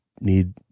need